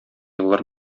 еллар